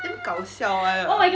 damn 搞笑 [one] ah